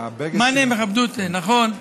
הבגד, מאני מכבדותא, נכון.